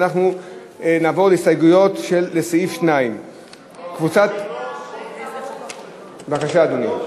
ואנחנו נעבור להסתייגויות לסעיף 2. בבקשה, אדוני.